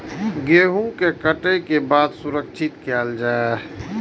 गेहूँ के काटे के बाद सुरक्षित कायल जाय?